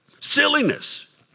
silliness